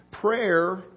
prayer